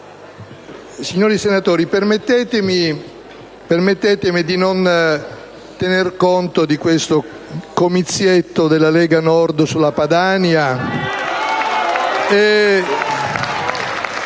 signori senatori, permettetemi di non tener conto di questo "comizietto" della Lega Nord sulla Padania.